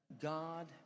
God